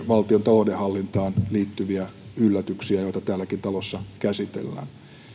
valtion taloudenhallintaan liittyviä yllätyksiä joita täälläkin talossa käsitellään